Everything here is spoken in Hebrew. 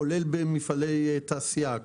כולל במפעלי תעשייה,